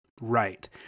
Right